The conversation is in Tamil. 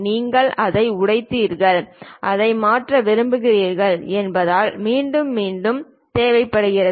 நீங்கள் அதை உடைத்தீர்கள் அதை மாற்ற விரும்புகிறீர்கள் என்பதால் மீண்டும் மீண்டும் தேவைப்படுகிறது